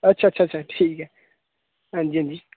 अच्छा अच्छा अच्छा ठीक ऐ हां जी हां जी